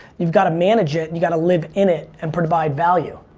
you've got to manage it. and you gotta live in it and provide value.